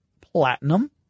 platinum